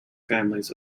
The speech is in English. families